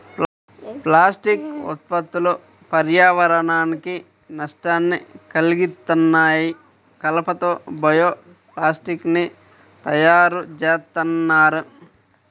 plastic ఉత్పత్తులు పర్యావరణానికి నష్టాన్ని కల్గిత్తన్నాయి, కలప తో బయో ప్లాస్టిక్ ని తయ్యారుజేత్తన్నారు